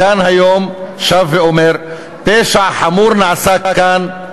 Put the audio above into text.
"כאן היום שב ואומר: פשע חמור נעשה כאן.